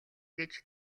гэж